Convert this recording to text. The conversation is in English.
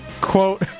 quote